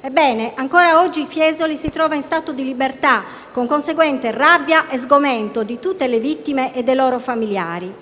Ebbene, ancora oggi Fiesoli si trova in stato di libertà, con conseguente rabbia e sgomento di tutte le vittime e dei loro familiari.